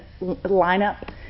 lineup